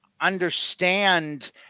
understand